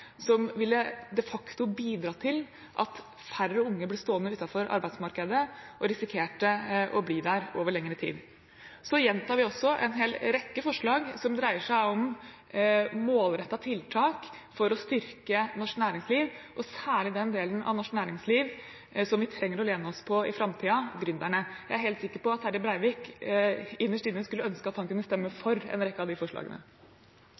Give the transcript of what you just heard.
facto ville ha bidratt til at færre unge ble stående utenfor arbeidsmarkedet og risikerte å bli der over lengre tid. Vi gjentar også en hel rekke forslag som dreier seg om målrettede tiltak for å styrke norsk næringsliv, og særlig den delen av norsk næringsliv som vi trenger å lene oss på i framtida: gründerne. Jeg er helt sikker på at Terje Breivik innerst inne skulle ønske at han kunne stemme for en rekke av de forslagene.